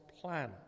plan